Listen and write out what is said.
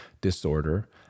disorder